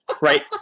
right